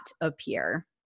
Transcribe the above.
appear